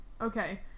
Okay